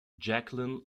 jacqueline